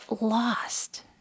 lost